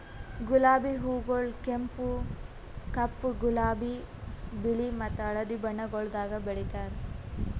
ಗುಲಾಬಿ ಹೂಗೊಳ್ ಕೆಂಪು, ಕಪ್ಪು, ಗುಲಾಬಿ, ಬಿಳಿ ಮತ್ತ ಹಳದಿ ಬಣ್ಣಗೊಳ್ದಾಗ್ ಬೆಳೆತಾರ್